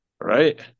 right